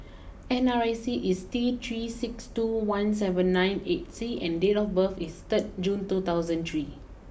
N R I C is T three six two one seven nine eight C and date of birth is two thousand three